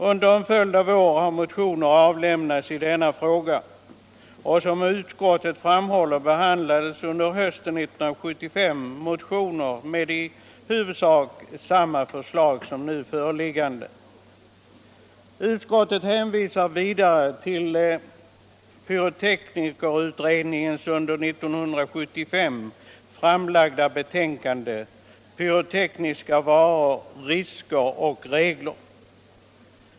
Under en följd av år har motioner avlämnats i denna fråga, och som utskottet framhåller behandlades under hösten 1975 motioner med i huvudsak samma förslag som det nu föreliggande. Utskottet hänvisar vidare till pyroteknikutredningens under 1975 framlagda betänkande Pyrotekniska varor, risker och regler.